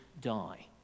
die